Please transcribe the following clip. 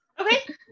Okay